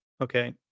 Okay